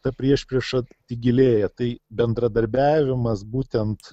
ta priešprieša tik gilėja tai bendradarbiavimas būtent